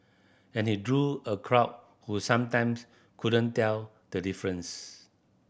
and he drew a crowd who sometimes couldn't tell the difference